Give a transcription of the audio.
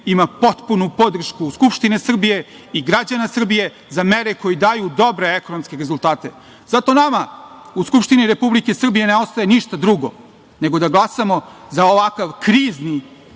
ima potpunu podršku u Skupštini Srbije i građana Srbije za mere koje daju dobre ekonomske rezultate. Zato nama u Skupštini Republike Srbije ne ostaje ništa drugo nego da glasamo za ovakav krizni,